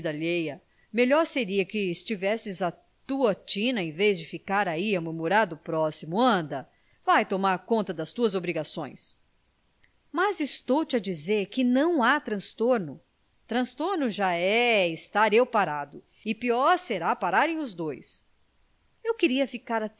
alheia melhor seria que estivesses à tua tina em vez de ficar ai a murmurar do próximo anda vai tomar conta das tuas obrigações mas estou te a dizer que não há transtorno transtorno já é estar eu parado e o pior será pararem os dois eu queria ficar